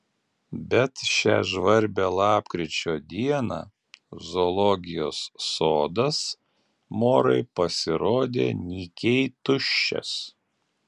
bet šią žvarbią lapkričio dieną zoologijos sodas morai pasirodė nykiai tuščias